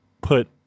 put